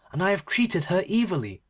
and i have treated her evilly,